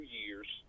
years